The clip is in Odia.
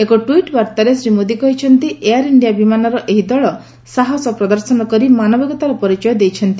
ଏକ ଟ୍ୱିଟ୍ ବାର୍ତ୍ତାରେ ଶ୍ରୀ ମୋଦି କହିଛନ୍ତି ଏୟାର ଇଣ୍ଡିଆ ବିମାନର ଏହି ଦଳ ସାହସ ପ୍ରଦର୍ଶନ କରି ମାନବିକତାର ପରିଚୟ ଦେଇଛନ୍ତି